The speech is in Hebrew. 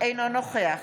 אינו נוכח